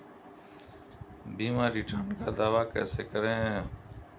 बीमा रिटर्न का दावा कैसे करें?